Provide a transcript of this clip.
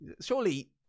surely